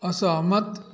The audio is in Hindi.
असहमत